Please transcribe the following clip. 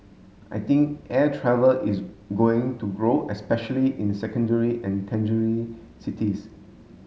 I think air travel is going to grow especially in secondary and cities